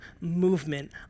movement